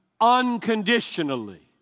unconditionally